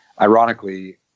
ironically